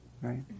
Right